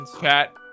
chat